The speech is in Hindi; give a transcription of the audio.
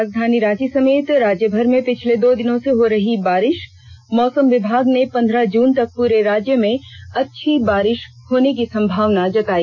राजधानी रांची समेत राज्यमर में पिछले दो दिनों से हो रही बारिश मौसम विभाग ने पंद्रह जून तक पूरे राज्य में अच्छी बारिश होने की संभावना जताई